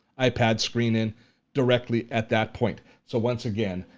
ipad screen in directly at that point. so once again,